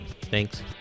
Thanks